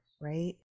right